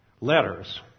letters